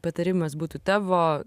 patarimas būtų tavo